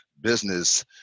business